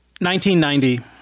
1990